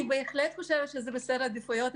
אני בהחלט חושבת שזה בסדר העדיפויות,